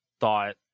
thought